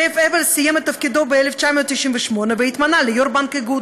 זאב אבלס סיים את תפקידו ב-1998 והתמנה ליו"ר בנק איגוד,